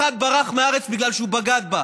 אחד ברח מהארץ בגלל שהוא בגד בה.